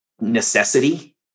necessity